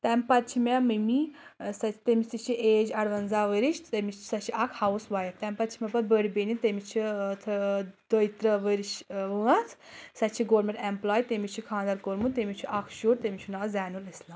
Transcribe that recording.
تمہِ پَتہٕ چھِ مےٚ مٔمی سۄ تٔمِس تہِ چھِ اَیج اَروَنٛزاہ ؤرِش تٔمِس سۄ چھِ اَکھ ہاوُس وایِف تَمہِ پَتہٕ چھِ مےٚ پَتہٕ بٔڑ بیٚنہِ تٔمِس چھِ دۄیتٕرٛہ ؤرِش وٲنٛس سۄ چھِ گوٗرمِنٹ ایٚمپٕلاے تٔمِس چھِ خَانٛدَر کوٚرمُت تٔمِس چھُ اکھ شُر تٔمِس چھُ ناو زَیٚنُل اِسلام